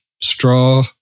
straw